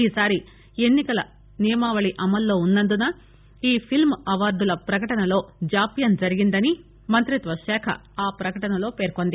ఈసారి ఎన్ని కల నియమావళి అమల్లో ఉన్న ందున ఈ ఫిల్క్ అవార్గుల ప్రకటనలో జాప్యం జరిగిందని మంత్రిత్వ శాఖ ఆ ప్రకటనలో పేర్కొంది